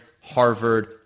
Harvard